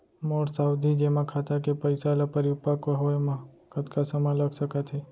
मोर सावधि जेमा खाता के पइसा ल परिपक्व होये म कतना समय लग सकत हे?